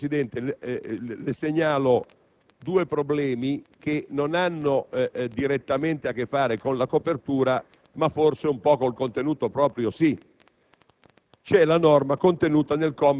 inoltre, signor Presidente, due problemi che non hanno direttamente a che fare con la copertura, ma forse un po' con il contenuto proprio: si